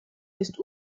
ist